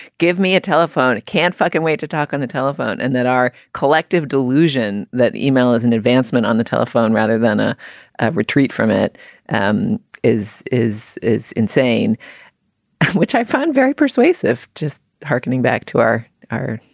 give me a telephone. it can't fucking wait to talk on the telephone and that our collective delusion that email is an advancement on the telephone rather than a retreat from it um is is is insane which i find very persuasive. just harkening back to our our